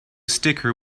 sticker